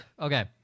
Okay